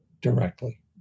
directly